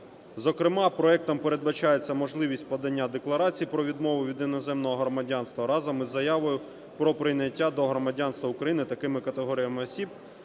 Зокрема, проектом передбачається можливість подання декларації про відмову від іноземного громадянства разом із заявою про прийняття до громадянства України такими категоріями осіб,